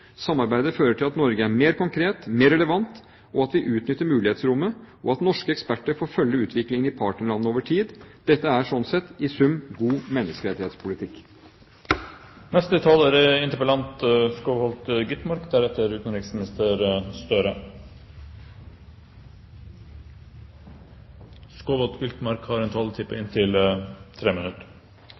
Samarbeidet fører til at Norge er mer konkret, mer relevant, at vi utnytter mulighetsrommet, og at norske eksperter får følge utviklingen i partnerlandene over tid. Dette er i sum god